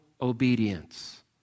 obedience